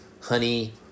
honey